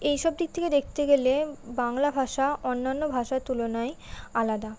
এই সব দিক থেকে দেখতে গেলে বাংলা ভাষা অন্যান্য ভাষার তুলনায় আলাদা